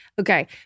Okay